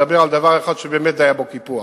דבר על דבר אחד שבאמת היה בו קיפוח,